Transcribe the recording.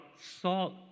salt